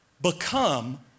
become